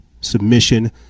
submission